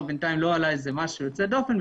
בינתיים לא עלה משהו יוצא דופן.